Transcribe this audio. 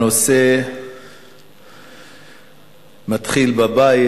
הנושא מתחיל בבית